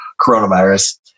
coronavirus